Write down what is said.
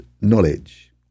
knowledge